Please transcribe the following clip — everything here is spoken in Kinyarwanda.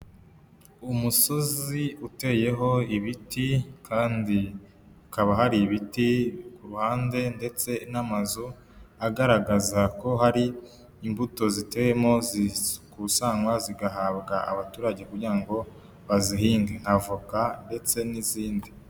Umusozi uteyeho ibiti kandi hakaba hari ibiti ku ruhande ndetse n'amazu, agaragaza ko hari imbuto ziteyemo zikusanywa zigahabwa abaturage kugira ngo bazihinge nk'avoka ndetse n'izindi.